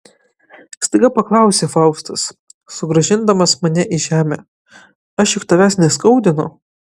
staiga paklausė faustas sugrąžindamas mane į žemę aš juk tavęs neskaudinu